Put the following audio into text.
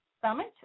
Summit